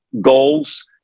goals